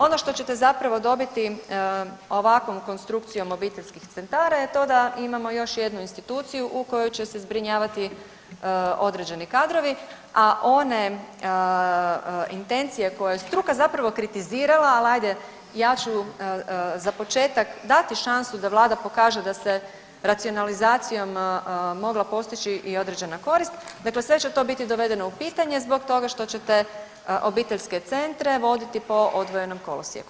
Ono što ćete zapravo dobiti ovakvom konstrukcijom obiteljskih centara je to da imamo još jednu instituciju u kojoj će se zbrinjavati određeni kadrovi, a one intencije koje je struka zapravo kritizirala, al ajde ja ću za početak dati šansu da vlada pokaže da se racionalizacijom mogla postići i određena korist, dakle sve će to biti dovedeno u pitanje zbog toga što ćete obiteljske centre voditi po odvojenom kolosijeku.